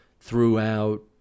throughout